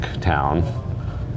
town